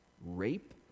rape